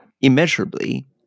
immeasurably